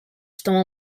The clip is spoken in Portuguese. estão